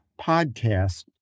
podcast